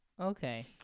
Okay